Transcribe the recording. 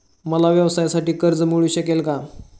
मला व्यवसायासाठी कर्ज मिळू शकेल का?